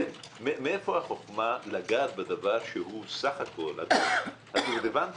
מאיפה החכמה לגעת בדבר שהוא סך הכול בדובדבן בעניין.